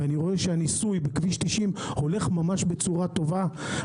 ואני רואה שהניסוי בכביש 90 הולך ממש בצורה טובה,